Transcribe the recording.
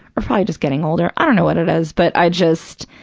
or probably just getting older. i don't know what it is, but i just,